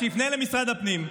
שיפנה למשרד הפנים,